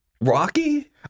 Rocky